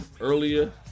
earlier